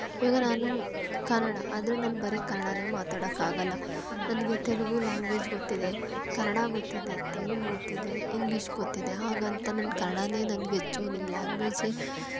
ಇವಾಗ ನಾನು ಕನ್ನಡ ಆದರೆ ನಾನು ಬರೀ ಕನ್ನಡ ಮಾತಾಡಕ್ಕೆ ಆಗಲ್ಲ ನನಗೆ ತೆಲುಗು ಲ್ಯಾಂಗ್ವೇಜ್ ಗೊತ್ತಿದೆ ಕನ್ನಡ ಗೊತ್ತಿದೆ ತಮಿಳು ಗೊತ್ತಿದೆ ಇಂಗ್ಲಿಷ್ ಗೊತ್ತಿದೆ ಹಾಗಂತ ನನ್ನ ಕನ್ನಡ ನನಗೆ ಹೆಚ್ಚು ನಿನ್ನ ಲ್ಯಾಂಗ್ವೇಜೆ